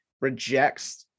rejects